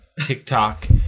TikTok